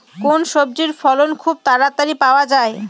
কোন সবজির ফলন খুব তাড়াতাড়ি পাওয়া যায়?